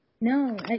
No